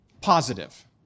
positive